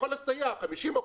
50%,